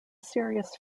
serious